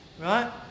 right